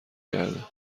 کرده